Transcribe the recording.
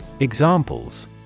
Examples